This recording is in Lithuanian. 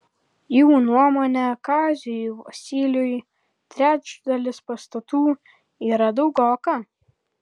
jų nuomone kaziui vosyliui trečdalis pastatų yra daugoka